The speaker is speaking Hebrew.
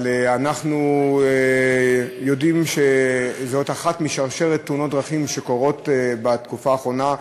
אנחנו יודעים שזאת אחת משרשרת תאונות דרכים שקורות בתקופה האחרונה.